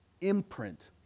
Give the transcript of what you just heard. imprint